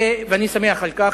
ואני שמח על כך,